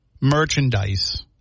merchandise